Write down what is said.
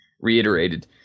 reiterated